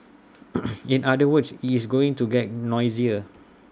in other words IT is going to get noisier